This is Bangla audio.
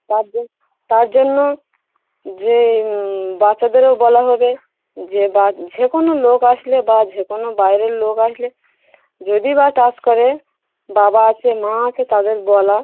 তার যে তার জন্য যে বাচ্চাদেরও বলা হবে যে বা যে কোনো লোক আসলে বা যে কোনো বাইরের লোক আসলে যদি বা টাচ করে বাবা আছে মা আছে তাদের বলা